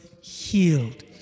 healed